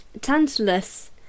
Tantalus